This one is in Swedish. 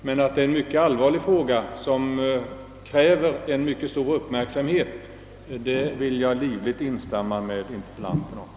Men jag vill livligt instämma i att det är en mycket allvarlig fråga, som kräver stor uppmärksamhet.